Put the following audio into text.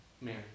mary